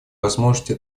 возможности